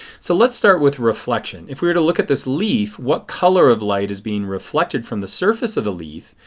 so let's start with reflection. if we were to look at this leaf what color of light is being reflected from the surface of the leaf?